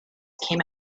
came